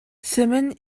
сэмэн